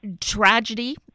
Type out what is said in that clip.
tragedy